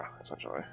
essentially